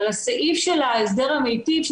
אבל הסעיף של ההסדר המיטיב,